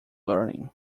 learning